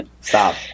stop